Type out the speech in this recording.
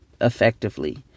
effectively